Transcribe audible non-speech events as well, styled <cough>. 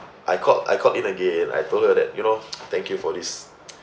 I called I called in again I told her that you know <noise> thank you for this <noise>